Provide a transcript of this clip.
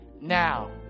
now